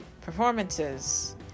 performances